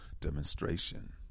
demonstration